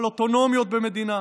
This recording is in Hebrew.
אבל אוטונומיות במדינה,